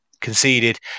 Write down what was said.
conceded